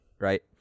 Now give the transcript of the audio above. Right